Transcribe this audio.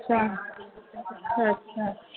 अच्छा अच्छा